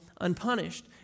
unpunished